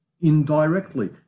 indirectly